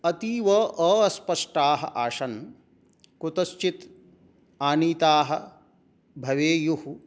अतीव अस्पष्टाः आसन् कुतश्चित् आनीताः भवेयुः